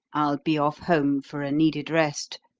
i'll be off home for a needed rest.